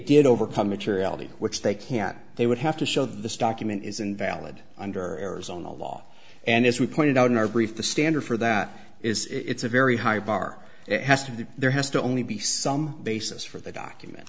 did overcome materiality which they can't they would have to show this document is invalid under arizona law and as we pointed out in our brief the standard for that is it's a very high bar it has to be there has to only be some basis for the document